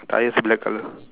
tyre is black colour